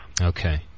Okay